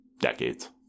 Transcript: decades